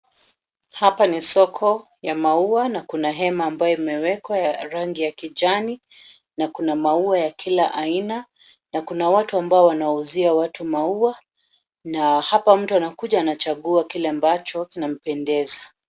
Hapa ni soko ya maua na kuna hema ambayo imewekwa ya rangi ya kijani na kuna maua ya kila aina na kuna watu ambao wanawauzia watu maua na hapa mtu anakuja anachagua kile ambacho kinampendeza.